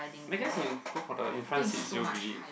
I guess you go for the in front seats you'll be